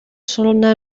sona